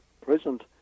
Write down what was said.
present